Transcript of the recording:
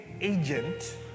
agent